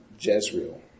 Jezreel